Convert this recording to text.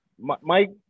Mike